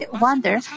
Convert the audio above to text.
wonder